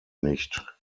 nicht